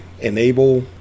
enable